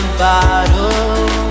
bottle